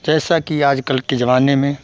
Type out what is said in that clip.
जैसा कि आजकल के ज़माने में